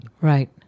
Right